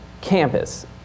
campus